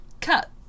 cut